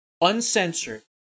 uncensored